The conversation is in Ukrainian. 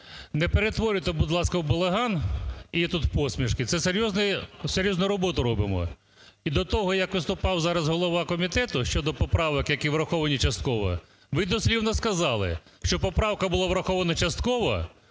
Не перетворюйте, будь ласка, в балаган (і тут посмішки). Це серйозний… серйозну роботу робимо. І до того, як виступав зараз голова комітету щодо поправок, які враховані частково, ви дослівно сказали, що поправка була врахована частково,